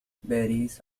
باريس